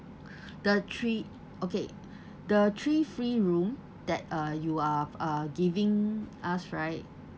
the three okay the three free room that uh you are are giving us right